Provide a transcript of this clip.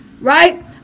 Right